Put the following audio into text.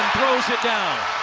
throws it down.